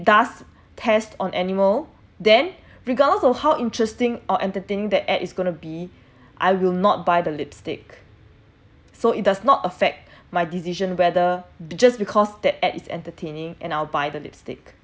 does test on animal then regardless of how interesting or entertaining the ad is gonna be I will not buy the lipstick so it does not affect my decision whether just because the ad is entertaining and I will buy the lipstick